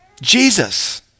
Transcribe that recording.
Jesus